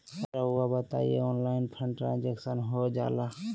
रहुआ बताइए online fund transfer हो जाला?